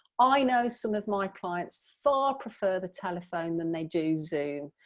i know some of my clients far prefer the telephone than they do zoom.